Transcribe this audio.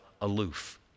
aloof